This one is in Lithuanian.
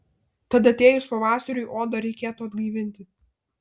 tad atėjus pavasariui odą reikėtų atgaivinti